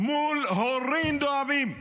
מול הורים דואבים,